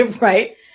Right